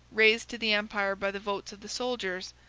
raised to the empire by the votes of the soldiers,